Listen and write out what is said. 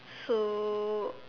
so